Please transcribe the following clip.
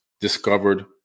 discovered